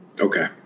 Okay